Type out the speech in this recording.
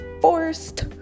forced